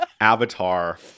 Avatar